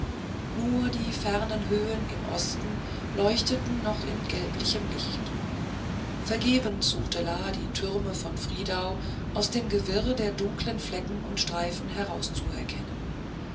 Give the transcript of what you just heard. nur die fernen höhen im osten leuchteten noch in gelblichem licht vergebens suchte la die türme von friedau aus dem gewirr der dunklen flecken und streifen herauszuerkennen